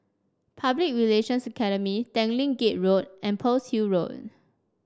Public Relations Academy Tanglin Gate Road and Pearl's Hill Road